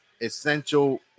essential